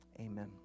Amen